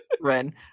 Ren